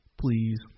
Please